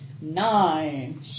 Nine